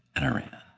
and i ran,